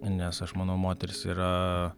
nes aš manau moteris yra